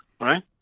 Right